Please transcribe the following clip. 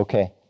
Okay